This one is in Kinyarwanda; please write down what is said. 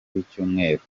w’icyumweru